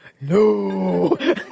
No